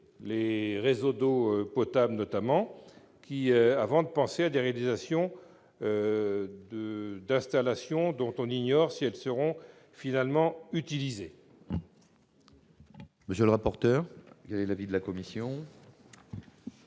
les réseaux d'eau potable notamment, avant de penser à construire des installations dont on ignore si elles seront finalement utilisées.